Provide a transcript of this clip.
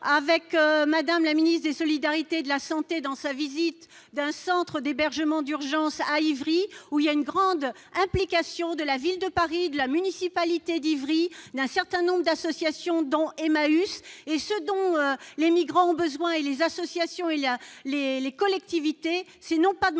avec Madame la ministre des solidarités, de la santé dans sa visite d'un centre d'hébergement d'urgence à Ivry, où il y a une grande implication de la Ville de Paris, de la municipalité d'Ivry d'un certain nombre d'associations dont Emmaüs et ceux dont les migrants ont besoin et les associations, il y a les les collectivités, c'est non pas de